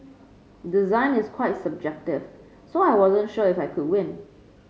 design is quite subjective so I wasn't sure if I could win